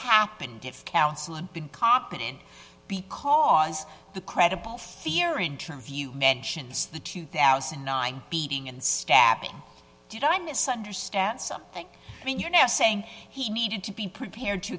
happened if counsel and been competent because the credible fear interview mentions the two thousand and nine beating and stabbing did i misunderstand something i mean you're now saying he needed to be prepared to